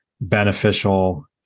beneficial